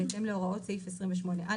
בהתאם להוראות סעיף 28(א),